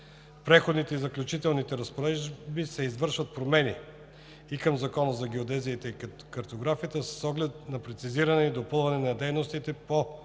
преходните и заключителни разпоредби се извършват промени и в Закона за геодезия и картография с оглед на прецизиране и допълване на дейностите по поддържане